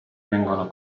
vengono